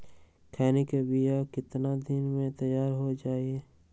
खैनी के बिया कितना दिन मे तैयार हो जताइए?